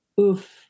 oof